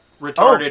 Retarded